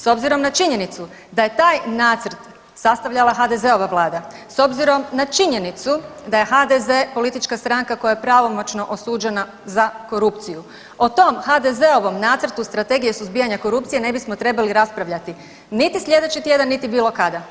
S obzirom na činjenicu da je taj nacrt sastavljala HDZ-ova Vlada, s obzirom na činjenicu da je HDZ politička stranka koja je pravomoćno osuđena za korupciju, o tom HDZ-ovom nacrtu Strategije suzbijanja korupcije ne bismo trebali raspravljati, niti slijedeći tjedan, niti bilo kada.